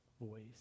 voice